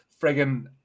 Friggin